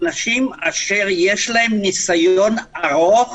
אנשים אשר יש להם ניסיון ארוך